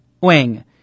Wing